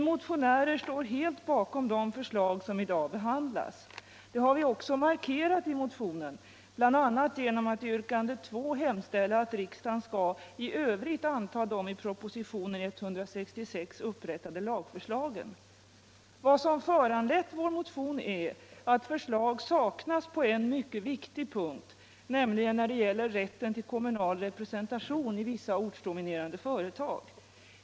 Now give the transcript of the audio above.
Vi motionärer står helt bakom de förslag som i dag behandlas. Det har vi också markerat i motionen, bl.a. genom att i yrkande 2 hemställa att riksdagen i övrigt skall anta de i propositionen 166 upprättade lagförslagen. Vad som föranlett vår motion är att förslag saknas på en mycket viktig punkt — nämligen när det gäller rätten till kommunal representation i vissa ortsdominerande företag.